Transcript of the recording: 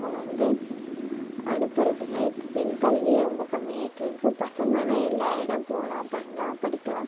அவங்க வந்து அனுப்புவது இல்லை இப்போ பெண்கல்வி ரொம்ப கம்மியாகிட்டுருக்கு பசங்கனால் எல்லா இடம் போகலாம் பண்ணலாம் படிக்கலாம்